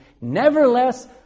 Nevertheless